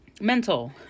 Mental